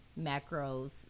macros